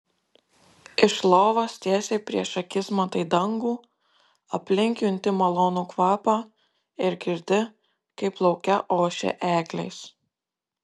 iš lovos tiesiai prieš akis matai dangų aplink junti malonų kvapą ir girdi kaip lauke ošia eglės